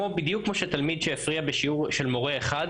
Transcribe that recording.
בדיוק כמו שתלמיד הפריע בשיעור של מורה אחד,